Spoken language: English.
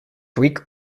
greek